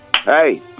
Hey